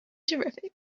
terrific